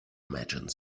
imagine